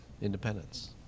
Independence